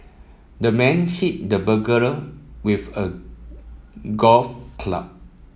the man hit the burglar with a golf club